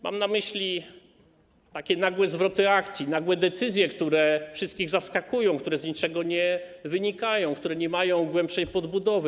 Mam na myśli takie nagłe zwroty akcji, nagłe decyzje, które wszystkich zaskakują, które z niczego nie wynikają, które nie mają głębszej podbudowy.